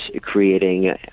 creating